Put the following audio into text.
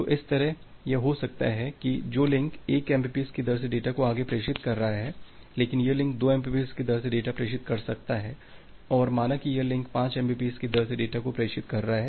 तो इस तरह यह हो सकता है कि जो लिंक 1 mbps की दर से डेटा को आगे प्रेषित कर रहा है लेकिन यह लिंक 2 mbps की दर से डेटा को प्रेषित कर सकता है और माना कि यह लिंक 5 mbps की दर से डेटा को प्रेषित कर रहा है